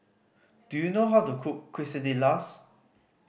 do you know how to cook Quesadillas